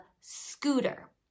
scooter